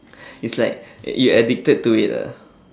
it's like you addicted to it ah